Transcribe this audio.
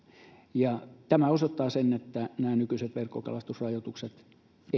tämä osoittaa sen että nykyiset verkkokalastusrajoitukset